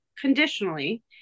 conditionally